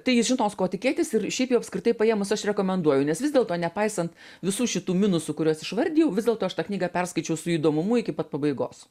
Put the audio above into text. tai jis žinos ko tikėtis ir šiaip jau apskritai paėmus aš rekomenduoju nes vis dėlto nepaisant visų šitų minusų kuriuos išvardijau vis dėlto aš tą knygą perskaičiau su įdomumu iki pat pabaigos